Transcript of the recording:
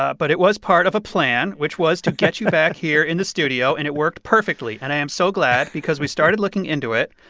ah but it was part of a plan, which was to get you back here in the studio, and it worked perfectly. and i am so glad because we started looking into it.